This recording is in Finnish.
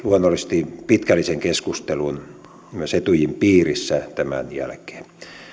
luonnollisesti pitkällisen keskustelun myös etyjin piirissä tämän jälkeen